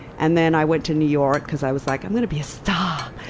and then i went to new york, because i was like, i'm going to be a star!